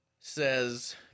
Says